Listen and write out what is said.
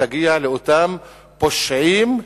ותגיע לאותם פושעים.